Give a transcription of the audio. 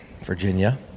Virginia